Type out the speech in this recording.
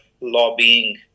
lobbying